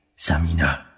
Samina